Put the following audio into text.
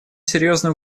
серьезную